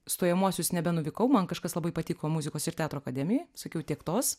stojamuosius nebenuvykau man kažkas labai patiko muzikos ir teatro akademijoj sakiau tiektos